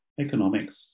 Economics